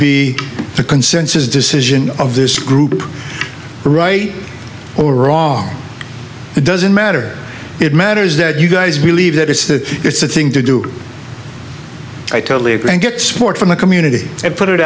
be the consensus decision of this group right or wrong it doesn't matter it matters that you guys believe that it's the it's the thing to do i totally agree and get support from the community and put it